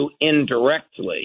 indirectly